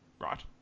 right